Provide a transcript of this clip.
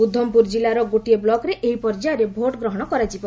ଉଧମପୁର କିଲ୍ଲାର ଗୋଟିଏ ବ୍ଲକରେ ଏହି ପର୍ଯ୍ୟାୟରେ ଭୋଟଗ୍ରହଣ କରାଯିବ